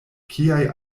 kiaj